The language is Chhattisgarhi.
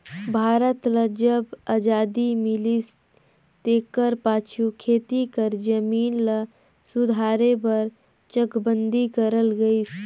भारत ल जब अजादी मिलिस तेकर पाछू खेती कर जमीन ल सुधारे बर चकबंदी करल गइस